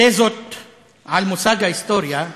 "תזות על מושג ההיסטוריה",